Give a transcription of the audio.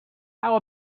how